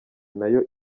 nayo